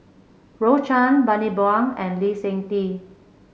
Rose Chan Bani Buang and Lee Seng Tee